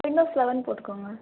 Windows eleven போட்டுக்கங்க